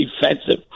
defensive